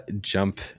jump